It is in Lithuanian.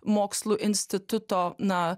mokslų instituto na